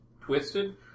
twisted